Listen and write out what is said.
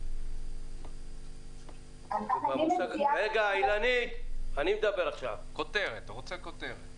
ריכוז של מה שיש לי, הצעות כמו: